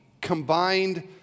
combined